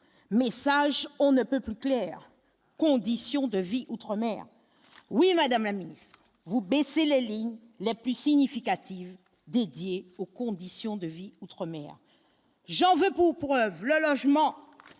message on ne peut plus clair, conditions de vie Outre-Mer oui, Madame la Ministre, vous baissez les lignes les plus significatives, dédié aux conditions de vie outre-mer. J'avais beau pour vla logement